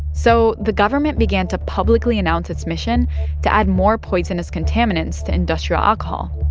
so the government began to publicly announce its mission to add more poisonous contaminants to industrial alcohol,